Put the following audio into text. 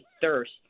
thirst